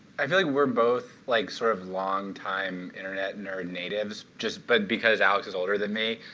i feel like we're both like sort of long time internet nerd natives. just but because alex is older than me,